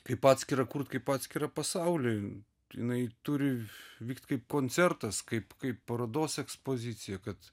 kaip atskirą kurt kaip atskirą pasaulį jinai turi vykt kaip koncertas kaip kaip parodos ekspozicija kad